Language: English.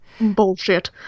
bullshit